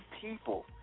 people